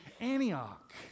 Antioch